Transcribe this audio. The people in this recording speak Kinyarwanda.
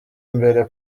imbere